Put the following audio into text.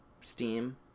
Steam